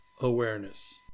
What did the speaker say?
awareness